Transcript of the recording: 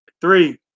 Three